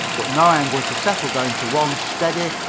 but now i'm going to settle down to one steady,